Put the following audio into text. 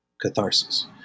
catharsis